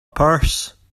purse